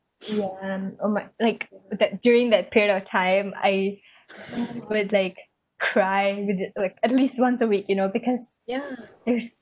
ya oh my like that during that period of time I would like cry with it at least once a week you know because there's